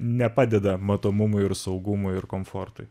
nepadeda matomumui ir saugumui ir komfortui